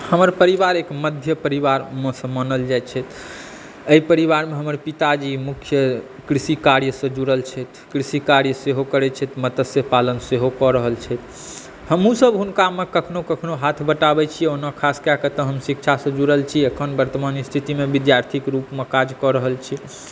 हमर परिवार एक मध्य परिवारमे सॅं मानल जाइ छथि एहि परिवारमे हमर पिताजी मुख्य कृषि कार्यसॅं जुड़ल छथि कृषि कार्य सेहो करै छथि मत्सय पालन सेहो कऽ रहल छथि हमहुँसभ हुनकामे कखनो कखनो हाथ बँटाबै छियै ओना ख़ास कए कऽ तऽ हम शिक्षासॅं जुड़ल छी अखन वर्तमान स्थितिमे विद्यार्थीक रूपमे काज कऽ रहल छी